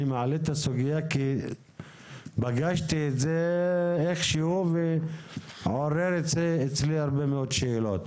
אני מעלה את הסוגיה כי פגשתי את זה איכשהו ועורר אצלי הרבה מאוד שאלות.